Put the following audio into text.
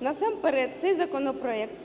Насамперед цей законопроект